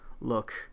look